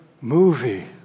movie